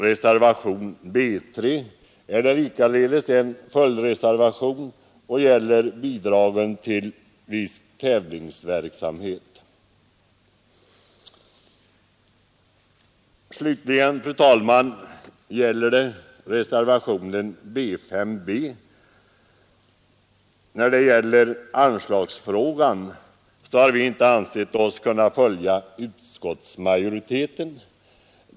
Reservationen B 3 är likaledes en följdreservation och avser bidragen till viss tävlingsverksamhet. Vad slutligen gäller reservationen B 5 b har vi i anslagsfrågan inte ansett oss kunna följa utskottsmajoriteten.